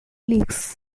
relics